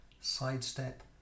sidestep